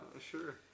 Sure